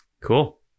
cool